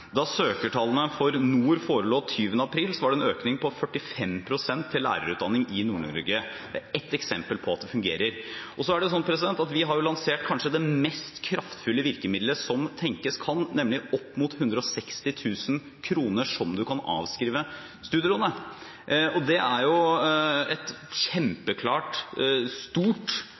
Da søkertallene for nord forelå 20. april, var det en økning på 45 pst. til lærerutdanningene i Nord-Norge. Det er ett eksempel på at det fungerer. Vi har lansert det kanskje mest kraftfulle virkemidlet som tenkes kan, nemlig at man kan få avskrevet opp mot 160 000 kr av studielånet. Det er et kjempeklart og stort